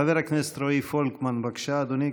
חבר הכנסת רועי פולקמן, בבקשה, אדוני.